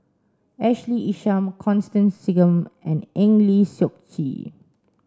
Ashley Isham Constance Singam and Eng Lee Seok Chee